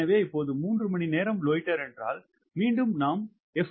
எனவே இப்போது 3 மணிநேரம் லொயிட்டர் என்றால் மீண்டும் நாம் எஃப்